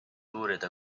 uurida